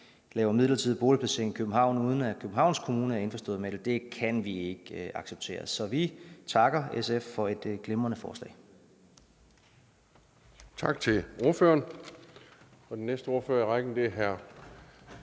laver midlertidig boligplacering i København, uden at Københavns Kommune er indforstået med det, kan vi ikke acceptere. Så vi takker SF for et glimrende forslag.